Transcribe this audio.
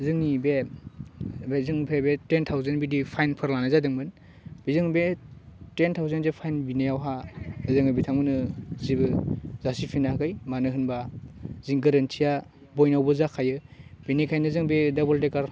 जोंनि बे बे जोंनिफ्राय बे टेन थावजेन बिदि फारनफोर लानाय जादोंमोन बेजों बे टेन थावजेन जे फाइन बिनायावहा जोङो बिथांमोननो जेबो जासिफिनाखै मानो होनबा जों गोरोन्थिया बयनावबो जाखायो बेनिखायनो जों बे दाबल टेकार